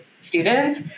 students